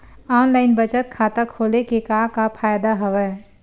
online बचत खाता खोले के का का फ़ायदा हवय